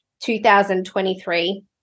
2023